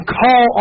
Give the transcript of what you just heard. call